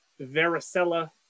Varicella